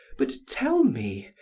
but tell me,